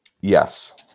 Yes